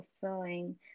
fulfilling